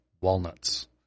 walnuts